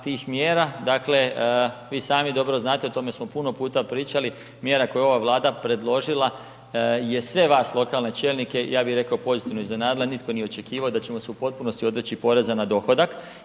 tih mjera, dakle vi sami dobro znate o tome smo puno puta pričali, mjera koju je ova Vlada predložila je sve vas lokalne čelnike, ja bi rekao, pozitivno iznenadila, nitko nije očekivao da ćemo se u potpunosti odreći poreza na dohodak